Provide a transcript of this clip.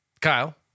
Kyle